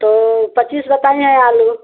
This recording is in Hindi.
तो पचीस बताई हैं आलू